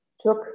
took